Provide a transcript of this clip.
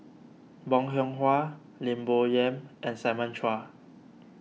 Bong Hiong Hwa Lim Bo Yam and Simon Chua